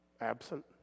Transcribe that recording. absent